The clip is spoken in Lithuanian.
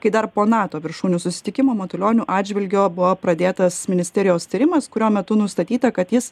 kai dar po nato viršūnių susitikimo matulionio atžvilgiu buvo pradėtas ministerijos tyrimas kurio metu nustatyta kad jis